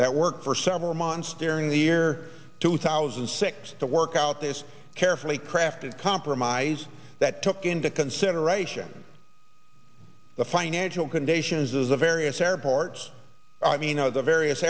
that work for several months during the year two thousand and six to work out this carefully crafted compromise that took into consideration the financial conditions of various airports i mean of the various